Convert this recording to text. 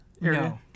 No